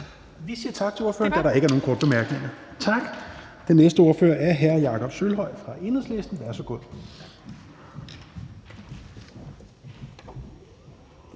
Vi siger tak til ordføreren, da der ikke er nogen korte bemærkninger. Den næste ordfører er hr. Jakob Sølvhøj fra Enhedslisten. Værsgo.